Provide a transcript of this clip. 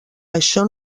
això